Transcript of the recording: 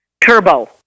Turbo